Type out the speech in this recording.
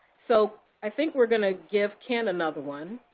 so i think we're going to give ken another one.